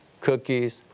cookies